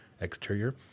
exterior